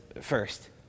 first